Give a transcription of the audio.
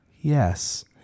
yes